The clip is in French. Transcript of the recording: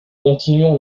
continuons